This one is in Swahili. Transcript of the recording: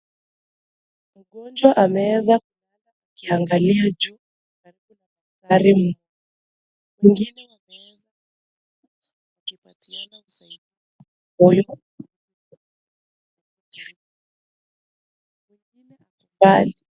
Mgonjwa ameeza kulala akiangalia juu hili daktari anamtibu na mwingine aesa saidia kupatiana usaidisi Kwa huyu.